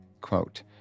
Quote